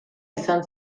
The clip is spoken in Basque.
izan